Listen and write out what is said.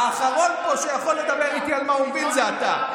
האחרון פה שיכול לדבר איתי על מה אומרים זה אתה.